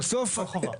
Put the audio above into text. חוק ארנונה.